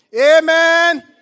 Amen